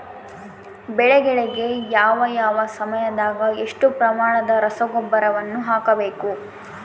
ಬೆಳೆಗಳಿಗೆ ಯಾವ ಯಾವ ಸಮಯದಾಗ ಎಷ್ಟು ಪ್ರಮಾಣದ ರಸಗೊಬ್ಬರವನ್ನು ಹಾಕಬೇಕು?